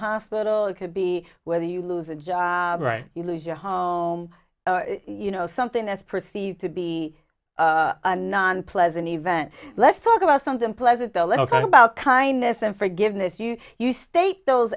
hospital it could be whether you lose a job right you lose your home you know something that's perceived to be non pleasant event let's talk about something pleasant a little about kindness and forgiveness you you state those